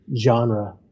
genre